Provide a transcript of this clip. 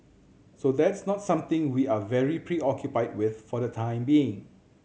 so that's not something we are very preoccupied with for the time being